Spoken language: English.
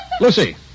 Lucy